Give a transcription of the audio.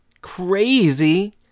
crazy